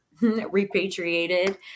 repatriated